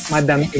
Madam